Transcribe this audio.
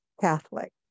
Catholic